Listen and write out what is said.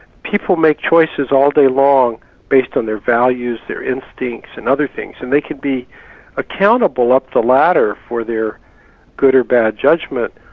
people make choices all day long based on their values, their instincts and other things, and they could be accountable up the ladder for their good or bad judgment.